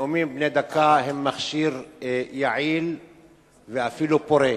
הנאומים בני דקה הם מכשיר יעיל ואפילו פורה.